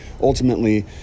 ultimately